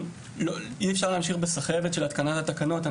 אי אפשר להמשיך בסחבת של התקנת התקנות.